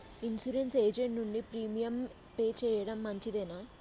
Insurance agent నుండి premium pay చేయడం మంచిదేనా?